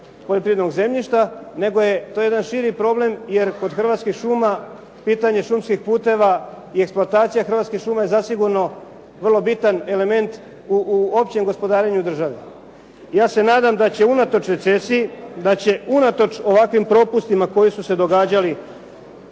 poljoprivrednog zemljišta, nego je to jedan širi problem jer kod Hrvatskih šuma, pitanje šumskih puteva i eksploatacija Hrvatskih šuma je zasigurno vrlo bitan element u općem gospodarenju države. Ja se nadam da će unatoč recesiji, da će unatoč ovakvim propustima koji su se događali